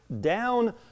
down